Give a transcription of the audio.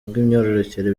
bw’imyororokere